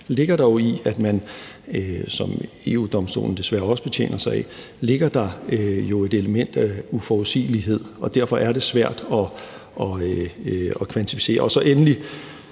fortolkningsstil, som EU-Domstolen desværre også betjener sig af. Der ligger der jo et element af uforudsigelighed, og derfor er det svært at kvantificere det. Endelig